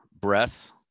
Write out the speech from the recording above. Breath